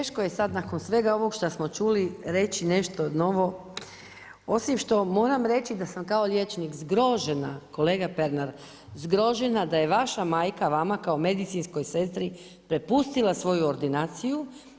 Pa teško je sad nakon svega ovog što smo čuli reći nešto novo osim što moram reći da sam kao liječnik zgrožena kolega Pernar, kolega Pernar zgrožena da je vaša majka vama kao medicinskoj sestri prepustila svoju ordinaciju.